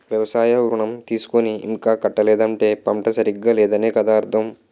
వ్యవసాయ ఋణం తీసుకుని ఇంకా కట్టలేదంటే పంట సరిగా లేదనే కదా అర్థం